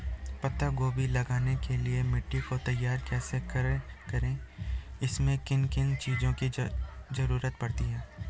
पत्ता गोभी लगाने के लिए मिट्टी को तैयार कैसे करें इसमें किन किन चीज़ों की जरूरत पड़ती है?